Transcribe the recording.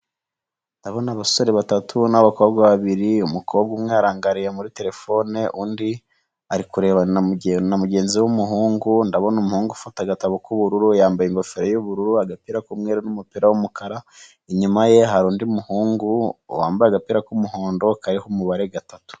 Abasore batatu n'abakobwa babiri, umukobwa umwe arangariye muri terefone, undi ari kurebana na mugenzi we w'umuhungu, ndabona umuhungu ufita agatabo k'ubururu yambaye ingofero y'ubururu, n'umupira w'umukara. Inyuma ye hari undi muhungu wambaye agapira k'umuhondo kanditseho umubare gatatu.